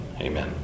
amen